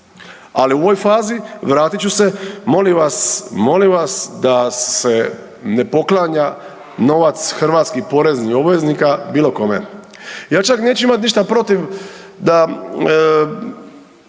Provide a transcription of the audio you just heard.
Ali, u ovoj fazi, vratit ću se, molim vas, molim vas da se ne poklanja novac hrvatskih poreznih obveznika bilo kome. Ja čak neću imati ništa protiv da,